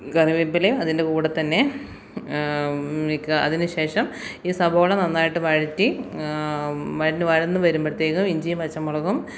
കറിവേപ്പിലയും അതിൻ്റെ കൂടെത്തന്നെ വയ്ക്കുക അതിനു ശേഷം ഈ സവോള നന്നായിട്ട് വഴറ്റി വഴണ്ട് വഴന്ന് വരുമ്പോത്തേക്കും ഇഞ്ചിയും പച്ചമുളകും